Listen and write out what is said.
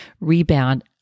rebound